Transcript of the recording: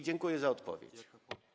Dziękuję za odpowiedź.